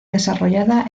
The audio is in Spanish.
desarrollada